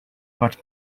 but